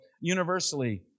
universally